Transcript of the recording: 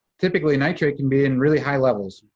typically nitrate can be in really high levels,